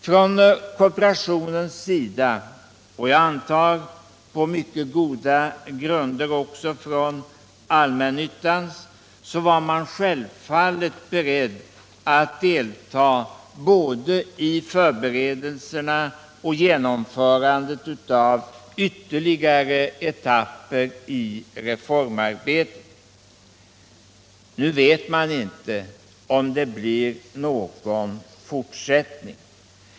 Från kooperationens sida — och jag antar på mycket goda grunder också från allmännyttans — var man självfallet beredd att delta i både förberedelserna och genomförandet av ytterligare etapper i reformarbetet. Nu vet man inte om det blir någon fortsättning.